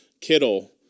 Kittle